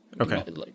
Okay